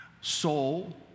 soul